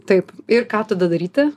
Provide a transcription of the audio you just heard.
taip ir ką tada daryti